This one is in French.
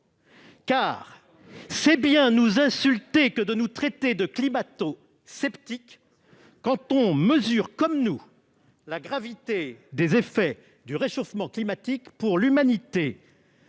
Car c'est bien nous insulter que de nous traiter de « climatosceptiques » quand on mesure, comme nous, la gravité des effets du réchauffement climatique pour l'humanité.